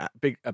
big